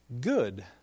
good